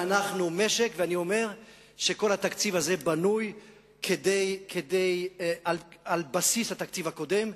אני אומר שכל התקציב הזה בנוי על בסיס התקציב הקודם,